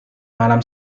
malam